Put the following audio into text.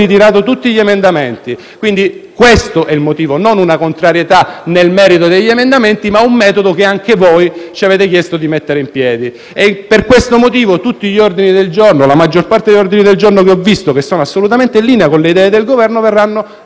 ritirato tutti gli emendamenti. Questo quindi è il motivo: non una contrarietà nel merito degli emendamenti, ma un metodo che anche voi ci avete chiesto di mettere in piedi. Per questo motivo, la maggior parte degli ordini del giorno che ho visto, che sono assolutamente in linea con le idee del Governo, verrà